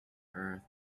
earth